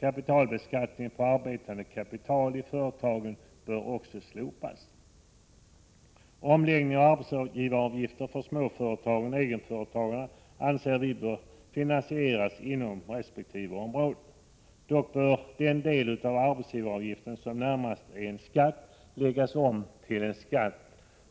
Kapitalbeskattningen på arbetande kapital i de mindre och medelstora företagen bör också slopas. Omläggningen av arbetsgivaravgifter för småföretagen och egenföretagarna anser vi bör finansieras inom resp. område. Den del av arbetsgivaravgiften som närmast är en skatt bör dock läggas om till en skatt